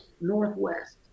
Northwest